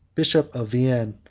bishop of vienna,